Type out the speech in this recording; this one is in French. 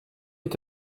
est